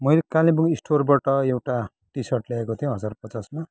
मैले कालेबुङ स्टोरबाट एउटा टि सर्ट ल्याएको थिएँ हजार पचासमा